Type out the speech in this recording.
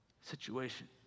situation